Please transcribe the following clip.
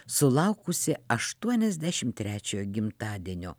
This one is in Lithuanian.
sulaukusi aštuoniasdešimt trečiojo gimtadienio